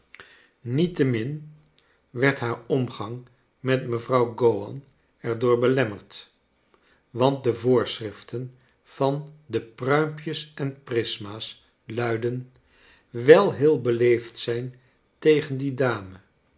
niettemin werd haar omgang met mevrouw gowan er door belemmerd want de voorschriften van de pruimpjes en prisma's luiden wel heel beleefd zijn tegen die dame